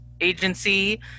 agency